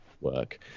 work